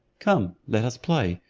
come, let us play,